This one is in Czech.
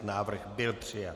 Návrh byl přijat.